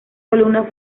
columnas